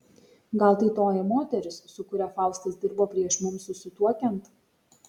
gal tai toji moteris su kuria faustas dirbo prieš mums susituokiant